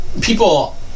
people